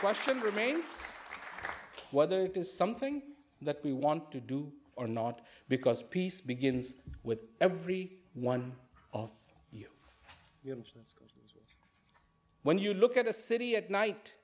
question remains whether it is something that we want to do or not because peace begins with every one of your actions when you look at a city at night